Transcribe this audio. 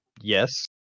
yes